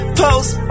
post